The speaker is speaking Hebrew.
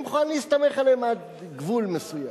אני מוכן להסתמך עליהם עד גבול מסוים.